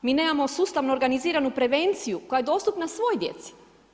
Mi nemamo sustavno organiziranu prevenciju koja je dostupna svoj djeci.